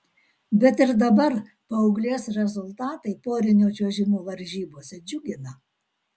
bet ir dabar paauglės rezultatai porinio čiuožimo varžybose džiugina